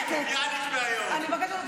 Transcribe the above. רק תענה לי מה יש בתפריט של מסעדת